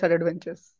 adventures